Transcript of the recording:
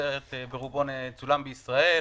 שהסרט צולם ברובו בישראל,